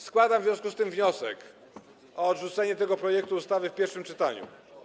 Składam w związku z tym wniosek o odrzucenie tego projektu ustawy w pierwszym czytaniu.